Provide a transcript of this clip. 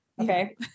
Okay